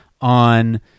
on